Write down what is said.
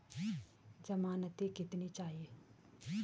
ज़मानती कितने चाहिये?